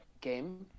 game